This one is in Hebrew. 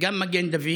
גם במגן דוד